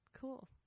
Cool